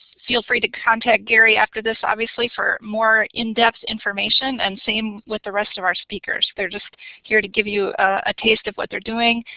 feel free to contact gary after this obviously for more in-depth information and same with the rest of our speakers. they're just here to give you a taste of what they're doing,